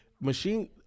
machine